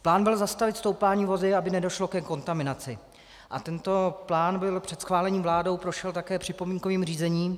Plán byl zastavit stoupání vody, aby nedošlo ke kontaminaci, a tento plán před schválením vládou prošel také připomínkovým řízením.